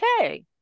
okay